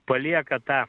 palieka tą